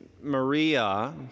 Maria